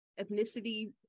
ethnicity